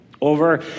over